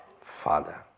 Father